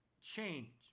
change